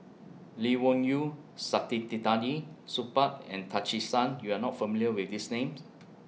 Lee Wung Yew Saktiandi Supaat and Tan Che Sang YOU Are not familiar with These Names